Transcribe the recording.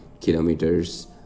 kilometers